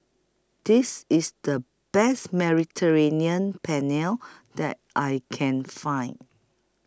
This IS The Best Mediterranean Penne that I Can Find